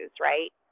right